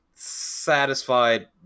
satisfied